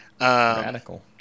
Radical